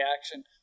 action